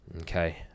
okay